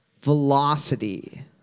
velocity